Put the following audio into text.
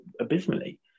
abysmally